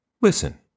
listen